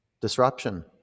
disruption